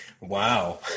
wow